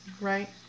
Right